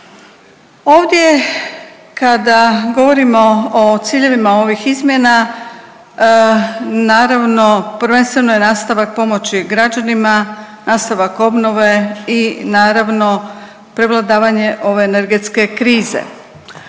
Ovdje kada govorimo o ciljevima ovih izmjena naravno prvenstveno je nastavak pomoći građanima, nastavak obnove i naravno prevladavanje ove energetske krize.